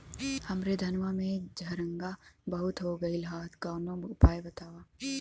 हमरे धनवा में झंरगा बहुत हो गईलह कवनो उपाय बतावा?